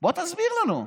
בוא תסביר לנו.